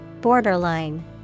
Borderline